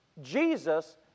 Jesus